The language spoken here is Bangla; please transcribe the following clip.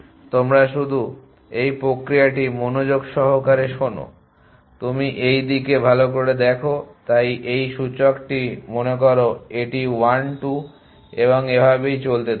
তোমরা শুধু এই প্রক্রিয়াটি মনোযোগ সহকারে শোনো তুমি এই দিকে ভালো করে দেখো তাই এই সূচকটি মনে করো এটি 1 2 এবং এভাবেই চলতে থাকবে